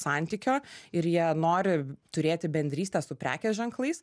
santykio ir jie nori turėti bendrystę su prekės ženklais